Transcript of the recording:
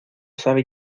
sabe